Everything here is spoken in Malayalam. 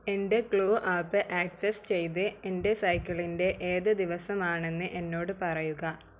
എന്റെ ക്ലൂ ആപ്പ് ആക്സസ് ചെയ്ത് എന്റെ സൈക്കിളിന്റെ ഏത് ദിവസമാണെന്ന് എന്നോട് പറയുക